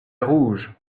rouges